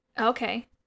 Okay